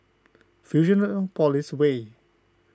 Fusionopolis Way